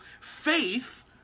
faith